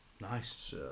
Nice